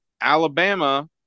Alabama